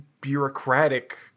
bureaucratic